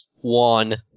One